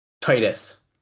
Titus